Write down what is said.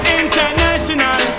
international